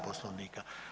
Poslovnika.